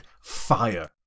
fire